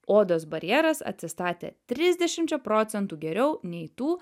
odos barjeras atsistatė trisdešimčia procentų geriau nei tų